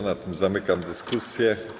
Na tym zamykam dyskusję.